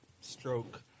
Stroke